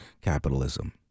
capitalism